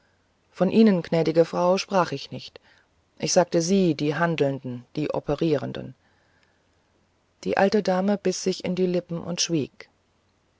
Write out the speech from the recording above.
von ihnen gnädige frau sprach ich nicht ich sagte sie die handelnden die operierenden die alte dame biß sich in die lippen und schwieg